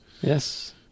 Yes